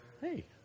hey